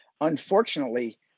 unfortunately